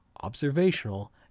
observational